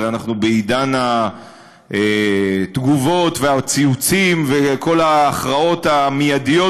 הרי אנחנו בעידן התגובות והציוצים וכל ההכרעות המיידיות